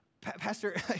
Pastor